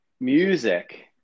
music